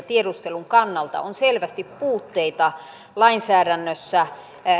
tiedustelun kannalta on selvästi puutteita lainsäädännössä